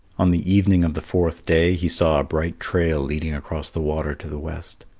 on the evening of the fourth day he saw a bright trail leading across the water to the west.